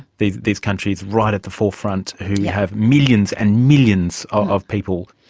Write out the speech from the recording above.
these these countries right at the forefront who have millions and millions of people.